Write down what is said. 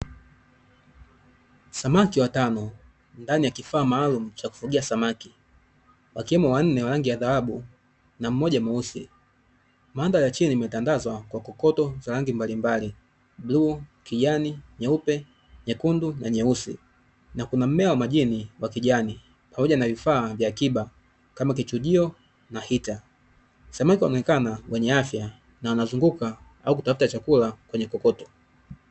Samaki watano ndani ya kifaa maalumu cha kufugia samaki, wakiwemo wanne rangi ya dhahabu na mmoja mweusi, mandhari ya chini imetandazwa kwa kokoto za rangi mbalimbali bluu, kijani, nyeupe, nyekundu na nyeusi, na kuna mmea wa majini wa kijani pamoja na vifaa vya akiba kama kechujio na hita samaki wanaonekana wenye afya na wanazunguka au kutafuta chakula kwenye kokoto.